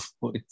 voice